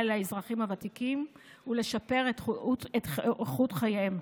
האזרחים הוותיקים ולשפר את איכות חייהם.